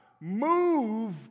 move